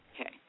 Okay